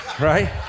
Right